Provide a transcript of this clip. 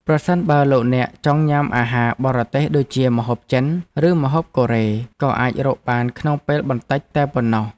ប្រសិនបើលោកអ្នកចង់ញ៉ាំអាហារបរទេសដូចជាម្ហូបចិន ឬម្ហូបកូរ៉េក៏អាចរកបានក្នុងពេលបន្តិចតែប៉ុណ្ណោះ។